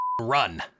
run